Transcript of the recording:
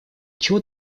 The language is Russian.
чего